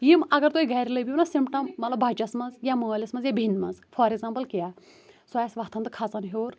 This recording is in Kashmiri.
یِم اَگر تُہۍ گرِ لٕبِو نہ سِمٹَم مطلَب بَچَس منٛز یا مٲلِس منٛز یا بٮ۪نہِ منٛز فار ایگزامپٕل کیاہ سُہ آسہِ وَتَھان تہٕ کَھژان ہٮ۪وٚر